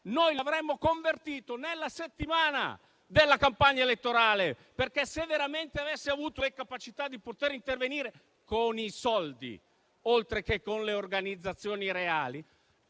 noi l'avremmo convertito nella settimana della campagna elettorale, perché se veramente avesse avuto la capacità di poter intervenire, con i soldi oltre che con le organizzazioni reali,